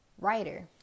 writer